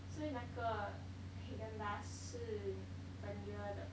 所以那个 Haagen Dazs 是 vanilla 的